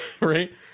right